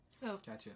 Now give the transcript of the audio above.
Gotcha